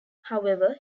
however